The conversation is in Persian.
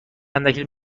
اندکی